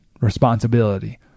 responsibility